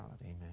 Amen